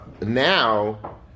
now